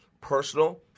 Personal